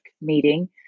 meeting